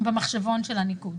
במחשבון של הניקוד?